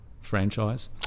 franchise